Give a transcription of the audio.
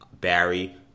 Barry